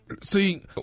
See